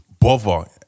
bother